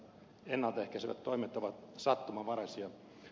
ennalta ehkäisevät toimet ovat sattumanvaraisia